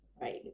right